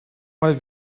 mal